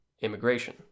Immigration